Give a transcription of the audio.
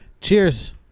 Cheers